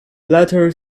letter